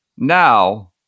Now